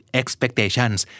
expectations